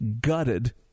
gutted